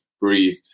breathe